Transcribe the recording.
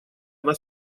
она